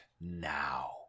now